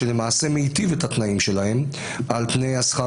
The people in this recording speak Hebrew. שלמעשה מיטיב את התנאים שלהם על תנאי שכר